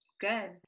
Good